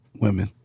women